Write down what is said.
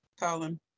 Colin